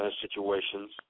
situations